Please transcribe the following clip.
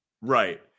Right